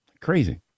Crazy